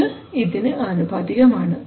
ഇത് ഇതിന് ആനുപാതികം ആണ്